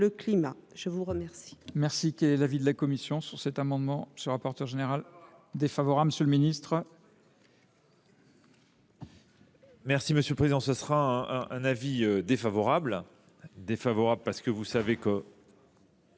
Je vous remercie,